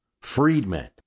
Freedmen